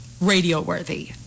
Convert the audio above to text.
radio-worthy